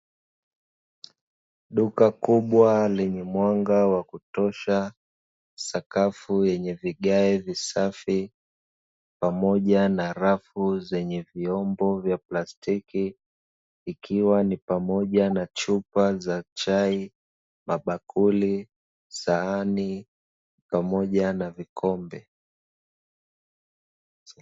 Duka kubwa lenye mwanga wa kutosha, sakafu yenye vigae visafi pamoja na rafu zenye vyombo vya plastiki, ikiwa ni pamoja na chupa za chai, mabakuli, sahani pamoja na vikombe.